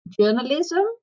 journalism